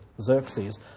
Xerxes